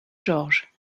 georges